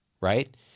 right